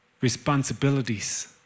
responsibilities